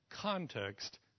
context